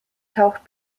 taucht